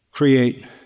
create